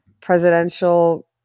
presidential